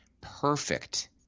perfect